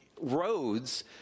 roads